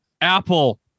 Apple